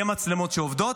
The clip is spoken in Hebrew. יהיו מצלמות שעובדות,